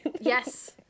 Yes